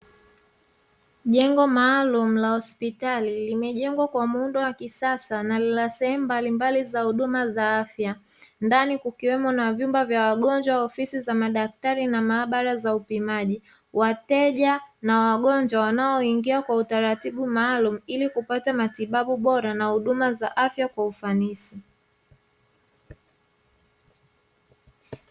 Jengo maalumu la hospitali, limejengwa kwa muundo wa kisasa na lina sehemu mbalimbali za huduma za afya, ndani kukiwemo na vyumba vya wagonjwa, ofisi za madaktari, maabara za upimaji wateja na wagonjwa wanaoingia kwa utaratibu maalumu, ili kupata matibabu bora na huduma za afya kwa ufanisi.